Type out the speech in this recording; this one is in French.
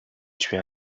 tuer